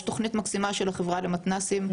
יש תוכנית מקסימה של החברה למתנ"סים,